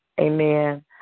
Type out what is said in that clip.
Amen